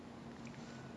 um